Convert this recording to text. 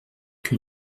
que